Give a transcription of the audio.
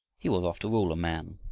he was after all a man.